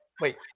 wait